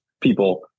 people